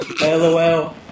LOL